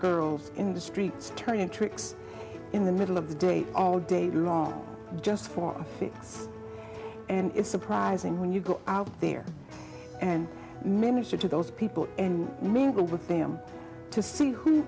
girls in the streets turning tricks in the middle of the day all day long just for us and it's surprising when you go out there and minister to those people and with them to see who